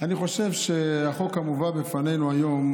אני חושב שהחוק המובא בפנינו היום,